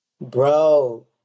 Bro